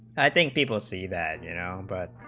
think people see that you know but